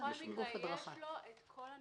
יש לו כל הנתונים,